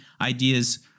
ideas